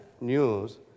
news